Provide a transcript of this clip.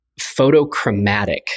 photochromatic